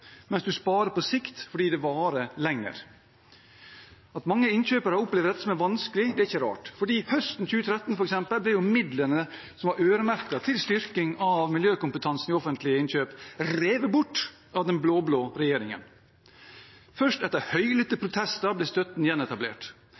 sparer man på sikt fordi det varer lenger. At mange innkjøpere opplever dette som vanskelig, er ikke rart. Høsten 2013 ble f.eks. midlene som var øremerket til styrking av miljøkompetansen ved offentlige innkjøp, revet bort av den blå-blå regjeringen. Først etter høylytte